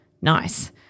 Nice